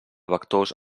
vectors